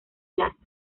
jazz